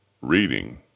reading